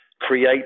create